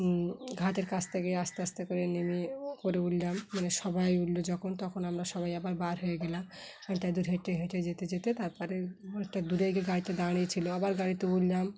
ঘাটের কাছ থেকে গিয়ে আস্তে আস্তে করে নেমে করে উঠলাম মানে সবাই উঠলো যখন তখন আমরা সবাই আবার বার হয়ে গেলাম অনেকটা দূর হেঁটে হেঁটে যেতে যেতে তারপরে অনেকটা দূরে গিয়ে গাড়িতে দাঁড়িয়েছিলো আবার গাড়িতে উঠলাম